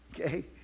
Okay